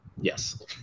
Yes